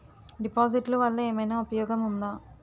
డిపాజిట్లు వల్ల ఏమైనా ఉపయోగం ఉందా?